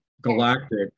galactic